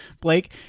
Blake